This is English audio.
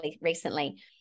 recently